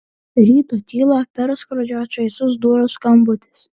ryto tylą perskrodžia čaižus durų skambutis